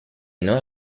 non